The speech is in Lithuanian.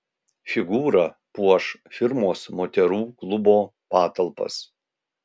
figūra puoš firmos moterų klubo patalpas